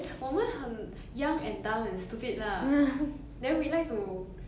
we we were like okay we race through this area which has a beehive there